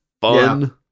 fun